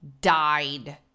died